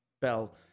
bell